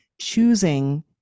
choosing